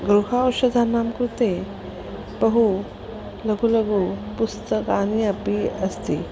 गृहौषधानां कृते बहु लघु लघु पुस्तकानि अपि अस्ति